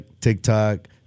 TikTok